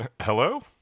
hello